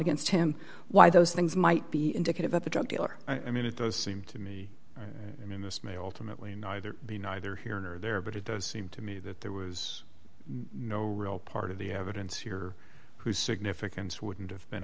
against him why those things might be indicative of a drug dealer i mean it does seem to me i mean this may ultimately neither be neither here nor there but it does seem to me that there was no real part of the evidence here who significance wouldn't have been